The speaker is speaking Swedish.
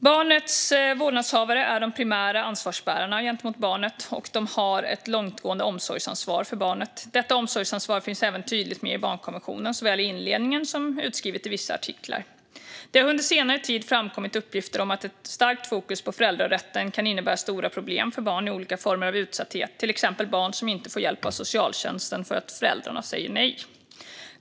Barnets vårdnadshavare är de primära ansvarsbärarna gentemot barnet, och de har ett långtgående omsorgsansvar för barnet. Detta omsorgsansvar finns även tydligt med i barnkonventionen, såväl i inledningen som utskrivet i vissa artiklar. Det har under senare tid framkommit uppgifter om att ett starkt fokus på föräldrarätten kan innebära stora problem för barn i olika former av utsatthet, till exempel barn som inte får hjälp av socialtjänsten för att föräldrarna säger nej.